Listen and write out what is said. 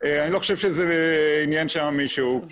אני לא חושב שזה עניין שם מישהו.